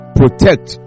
protect